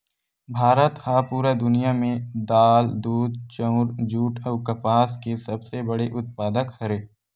भारत हा पूरा दुनिया में दाल, दूध, चाउर, जुट अउ कपास के सबसे बड़े उत्पादक हरे